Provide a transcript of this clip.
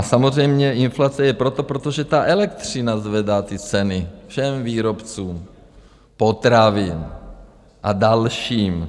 Samozřejmě inflace je proto, protože elektřina zvedá ty ceny všem výrobcům potravin a dalším.